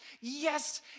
yes